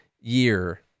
year